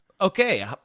Okay